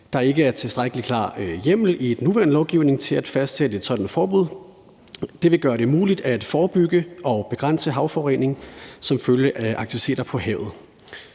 der ikke er tilstrækkelig klar hjemmel i den nuværende lovgivning til at fastsætte et sådant forbud. Det vil gøre det muligt at forebygge og begrænse havforurening som følge af aktiviteter på havet.